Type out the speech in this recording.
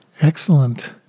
excellent